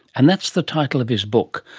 and that's the title of his book.